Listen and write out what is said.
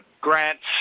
grants